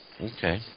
Okay